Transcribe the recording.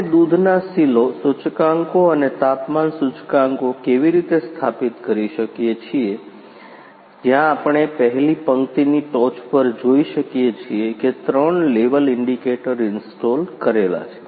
આપણે દૂધના સિલો સૂચકાંકો અને તાપમાન સૂચકાંકો કેવી રીતે સ્થાપિત કરીએ છીએ જ્યાં આપણે પહેલી પંક્તિની ટોચ પર જોઈ શકીએ છીએ કે ત્રણ લેવલ ઇન્ડિકેટર ઇન્સ્ટોલ કરેલા છે